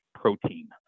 protein